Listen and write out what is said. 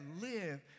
live